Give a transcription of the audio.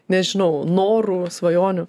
nežinau norų svajonių